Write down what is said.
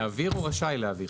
יעביר או רשאי להעביר?